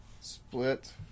Split